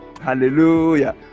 hallelujah